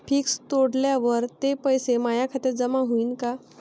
Fix तोडल्यावर ते पैसे माया खात्यात जमा होईनं का?